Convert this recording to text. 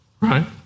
Right